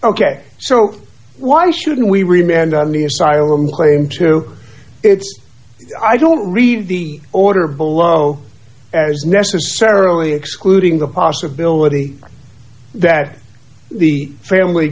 ok so why shouldn't we remained on the asylum claim to it's i don't read the order below as necessarily excluding the possibility that the family